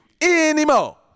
anymore